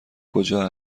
کجا